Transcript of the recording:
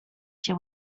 się